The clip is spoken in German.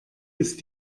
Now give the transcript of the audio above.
ist